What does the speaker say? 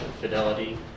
fidelity